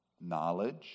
Knowledge